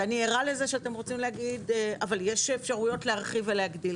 ואני ערה לזה שאתם רוצים להגיד אבל יש אפשרויות להרחיב ולהגדיל.